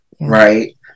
right